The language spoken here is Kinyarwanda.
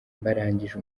barangije